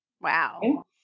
Wow